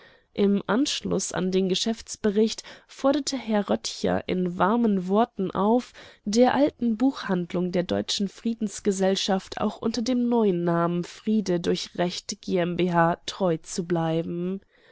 im anschluß an den geschäftsbericht forderte herr röttcher in warmen worten auf der alten buchhandlung der deutschen friedensgesellschaft auch unter dem neuen namen friede durch recht g m b h treu zu bleiben